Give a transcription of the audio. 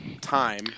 time